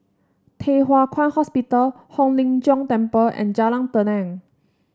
Thye Hua Kwan Hospital Hong Lim Jiong Temple and Jalan Tenang